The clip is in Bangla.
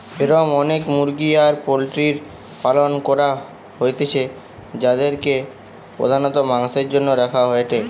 এরম অনেক মুরগি আর পোল্ট্রির পালন করা হইতিছে যাদিরকে প্রধানত মাংসের জন্য রাখা হয়েটে